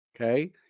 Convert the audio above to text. okay